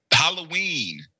Halloween